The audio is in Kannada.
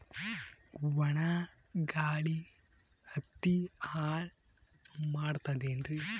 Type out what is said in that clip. ಒಣಾ ಗಾಳಿ ಹತ್ತಿ ಹಾಳ ಮಾಡತದೇನ್ರಿ?